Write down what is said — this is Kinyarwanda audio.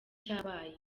cyabaye